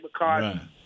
McCartney